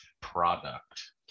product